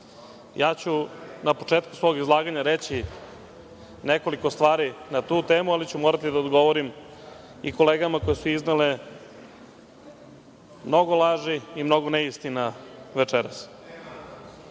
Ja ću na početku svog izlaganja reći nekoliko stvari na tu temu, ali ću morati da odgovorim i kolegama koje su iznele mnogo laži i mnogo neistina večeras.(Zoran